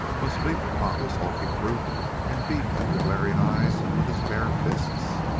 must leap upon this hulking brute and beat at the glaring eyes with his bare fists.